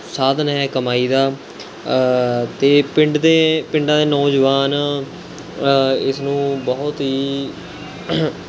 ਸਾਧਨ ਹੈ ਕਮਾਈ ਦਾ ਅਤੇ ਪਿੰਡ ਦੇ ਪਿੰਡਾਂ ਦੇ ਨੌਜਵਾਨ ਇਸਨੂੰ ਬਹੁਤ ਹੀ